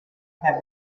have